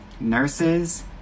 nurses